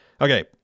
Okay